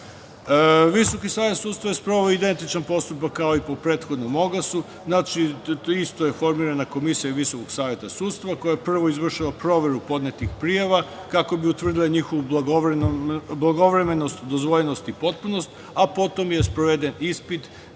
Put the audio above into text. Šapcu. Visoki savet sudstva je sproveo identičan postupak kao i po prethodnom oglasu. Znači, isto je formirana komisija VSS koja je prvo izvršila proveru podnetih prijava, kako bi utvrdila njihovu blagovremenost, dozvoljnost i potpunost, a potom je sproveden ispit